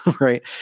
Right